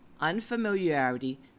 unfamiliarity